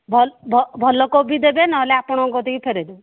ଭଲ ଭଲ କୋବି ଦେବେ ନହେଲେ ଆପଣଙ୍କ କତିକି ଫେରେଇ ଦେବୁ